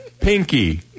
pinky